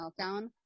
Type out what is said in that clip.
meltdown